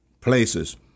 places